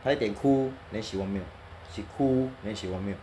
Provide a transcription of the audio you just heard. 她一点哭 then she want milk she 哭 then she want milk